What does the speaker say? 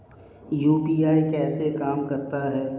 UPI कैसे काम करता है?